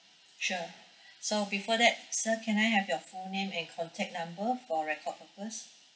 sure so before that sir can I have your full name and contact number for record purpose